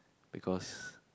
because